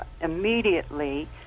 immediately